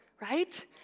right